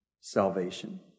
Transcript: salvation